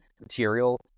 material